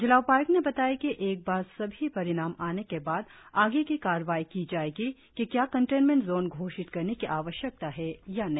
जिला उपाय्क्त ने बताया कि एक बार सभी परिणाम आने के बाद आगे की कारवाई की जाएगी कि क्या कंटेनमेंट जोन घोषित करने की आवश्यकता है या नहीं